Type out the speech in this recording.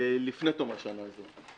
לפני תום השנה הזו.